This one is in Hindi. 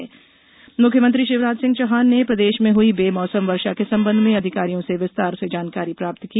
बारिश फसल मुख्यमंत्री शिवराज सिंह चौहान ने प्रदेश में हुई बे मौसम वर्षा के संबंध में अधिकारियों से विस्तार से जानकारी प्राप्त की